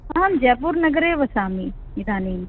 अहं जैपुर् नगरे वसामि इदानीं